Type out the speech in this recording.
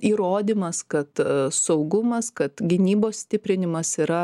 įrodymas kad saugumas kad gynybos stiprinimas yra